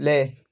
play